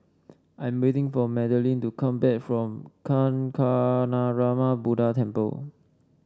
I'm waiting for Madelynn to come back from Kancanarama Buddha Temple